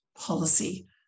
policy